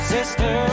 Sister